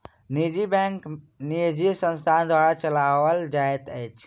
निजी बैंक निजी संस्था द्वारा चलौल जाइत अछि